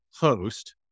host